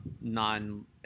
non